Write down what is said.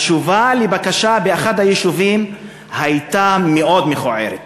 התשובה לבקשה באחד היישובים הייתה מאוד מכוערת,